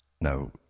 Now